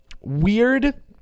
weird